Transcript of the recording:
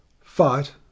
Fight